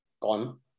gone